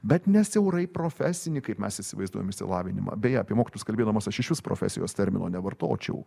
bet ne siaurai profesinį kaip mes įsivaizduojam išsilavinimą beje apie mokytojus kalbėdamas aš išvis profesijos termino nevartočiau